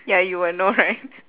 ya you will know right